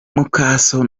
mukaso